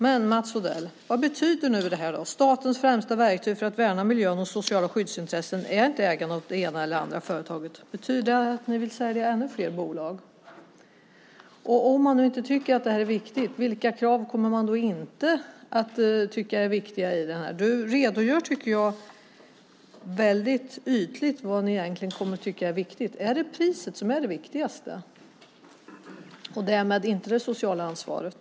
Men Mats Odell, vad betyder nu det här: "Statens främsta verktyg för att värna miljön och sociala skyddsintressen är inte ägandet av det ena eller andra företaget." Betyder det att ni vill sälja ännu fler bolag? Och om man nu inte tycker att det här är viktigt, vilka krav kommer man då inte att tycka är viktiga i detta? Du redogör, tycker jag, väldigt ytligt för vad ni egentligen kommer att tycka är viktigt. Är det priset som är det viktigaste, och därmed inte det sociala ansvaret?